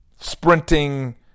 sprinting